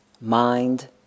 Mind